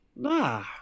nah